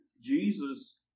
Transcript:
Jesus